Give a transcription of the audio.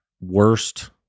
worst